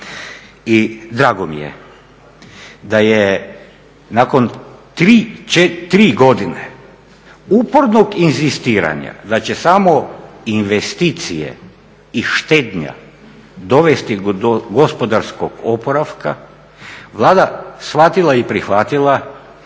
I drago mi je da je nakon 3 godine upornog inzistiranja da će samo investicije i štednja dovesti do gospodarskog oporavka Vlada shvatila i prihvatila